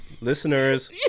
listeners